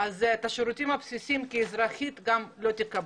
אז את השירותים הבסיסיים כאזרחית לא תקבלי.